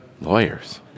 Lawyers